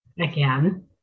again